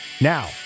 Now